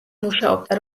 მუშაობდა